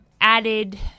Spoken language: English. added